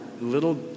little